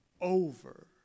over